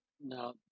No